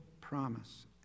promise